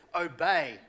obey